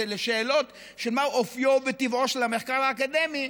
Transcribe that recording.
לשאלות של מה אופיו וטבעו של המחקר האקדמי,